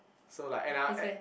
so like and I'll end